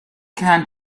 count